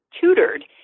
tutored